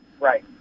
right